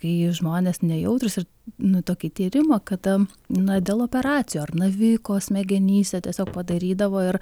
kai žmonės nejautrūs ir nu tokį tyrimą kada na dėl operacijų ar naviko smegenyse tiesiog padarydavo ir